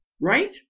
Right